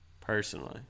personally